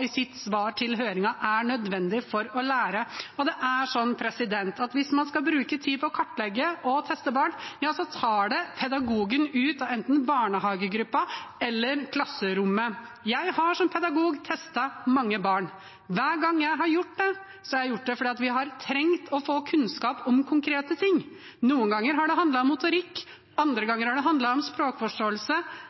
i sitt svar til høringen var – gjentakende – inne på er nødvendig for å lære. Og hvis man skal bruke tid på å kartlegge og teste barn – ja, så tar det pedagogen ut av enten barnehagegruppa eller klasserommet. Jeg har som pedagog testet mange barn. Hver gang jeg har gjort det, har jeg gjort det fordi vi har trengt å få kunnskap om konkrete ting. Noen ganger har det handlet om motorikk, andre ganger har det handlet om språkforståelse